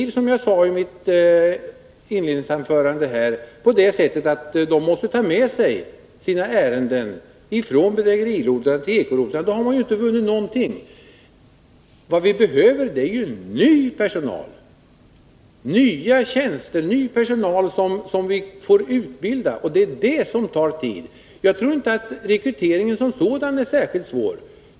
Som jag sade i mitt första anförande blir det så att de som flyttar måste ta med sig sina ärenden från bedrägerirotlarna till ekorotlarna — och då har man inte vunnit någonting. Vad vi behöver är nya tjänster, ny personal som vi får utbilda — och det är det som tar tid. Jag tror inte heller att rekryteringen som sådan är särskilt svår.